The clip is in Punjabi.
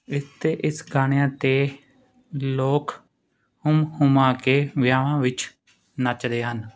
ਇਹ ਅਤੇ ਇਸ ਗਾਣਿਆਂ 'ਤੇ ਲੋਕ ਹੁੰਮ ਹੁਮਾ ਕੇ ਵਿਆਹਾਂ ਵਿੱਚ ਨੱਚਦੇ ਹਨ